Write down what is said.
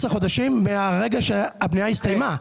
יש לך 12 חודשים מהרגע שהבנייה הסתיימה.